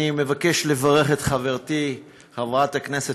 אני מבקש לברך את חברתי חברת הכנסת